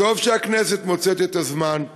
טוב שהכנסת מוצאת את הזמן,